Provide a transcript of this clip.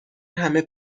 همه